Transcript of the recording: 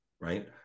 right